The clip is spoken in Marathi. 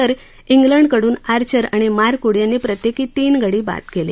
तर श्लिडकडून आर्चर आणि मार्क वूड यांनी प्रत्येकी तीन गडी बाद केले